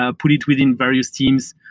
ah put it within various teams,